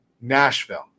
Nashville